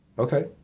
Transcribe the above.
Okay